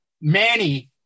Manny